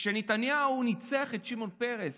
כשנתניהו ניצח את שמעון פרס,